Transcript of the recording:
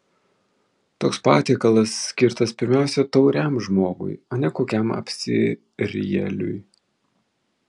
toks patiekalas skirtas pirmiausia tauriam žmogui o ne kokiam apsirijėliui